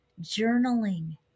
journaling